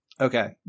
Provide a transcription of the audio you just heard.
Okay